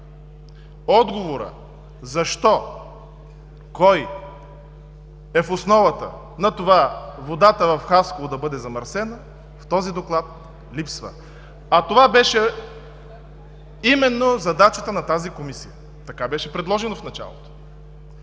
Отговорът защо, кой е в основата на това водата в Хасково да бъде замърсена, в този Доклад липсва. А това беше именно задачата на тази Комисия, така беше предложено в началото.